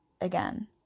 again